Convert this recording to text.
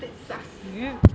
ya